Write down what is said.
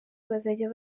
bazajya